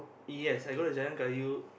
yes I go to Jalan-Kayu